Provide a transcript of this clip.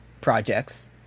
projects